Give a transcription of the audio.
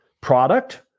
product